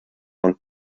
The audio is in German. und